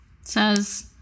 says